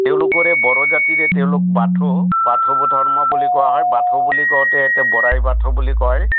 তেওঁলোকৰে বড়োজাতিৰে তেওঁলোক বাথৌ বাথৌ ধৰ্ম বুলি কোৱা হয় বাথৌ বুলি কওঁতে ইয়াতে বৰাই বাথৌ বুলি কয়